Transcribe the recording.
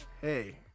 Hey